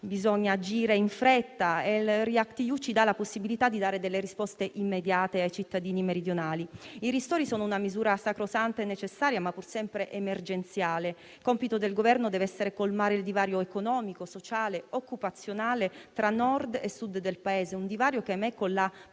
bisogna agire in fretta e il React-EU ci dà la possibilità di dare risposte immediate ai cittadini meridionali. I ristori sono una misura sacrosanta e necessaria, ma pur sempre emergenziale. Compito del Governo deve essere colmare il divario economico, sociale e occupazionale tra Nord e Sud del Paese, un divario che - ahimè - con la pandemia